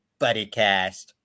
BuddyCast